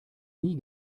nie